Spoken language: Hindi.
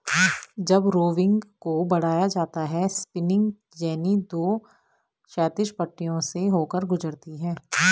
जब रोविंग को बढ़ाया जाता है स्पिनिंग जेनी दो क्षैतिज पट्टियों से होकर गुजरती है